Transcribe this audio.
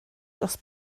dros